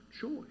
choice